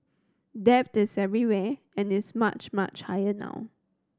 debt is everywhere and it's much much higher now